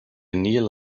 kneel